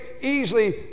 easily